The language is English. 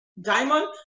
diamond